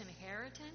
inheritance